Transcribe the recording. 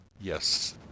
yes